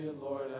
Lord